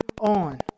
on